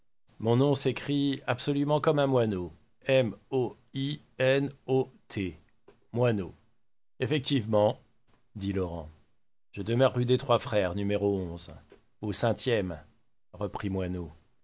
mon nom s'écrit absolument comme un moineau m o i n o t not moinot effectivement dit laurent je demeure rue des trois frères n au cintième